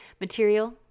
material